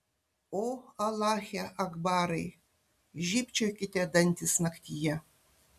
o alache akbarai žybčiokite dantys naktyje